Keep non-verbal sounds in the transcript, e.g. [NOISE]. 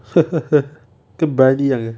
[LAUGHS]